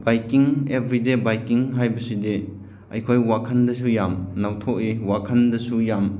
biking ꯑꯦꯕ꯭ꯔꯤꯗꯦ biking ꯍꯥꯏꯕꯁꯤꯗꯤ ꯑꯩꯈꯣꯏ ꯋꯥꯈꯟꯗꯁꯨ ꯌꯥꯝ ꯅꯧꯊꯣꯛꯏ ꯋꯥꯈꯟꯗꯁꯨ ꯌꯥꯝ